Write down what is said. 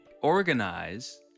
organize